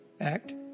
act